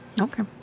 Okay